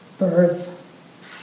birth